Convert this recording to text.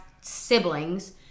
siblings